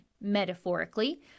metaphorically